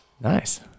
Nice